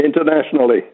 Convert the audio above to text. internationally